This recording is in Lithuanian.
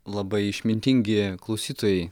labai išmintingi klausytojai